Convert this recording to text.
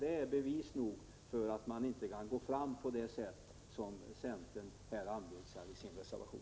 Det är bevis nog för att man inte kan gå fram på det sätt som centern anvisar i sin reservation.